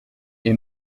est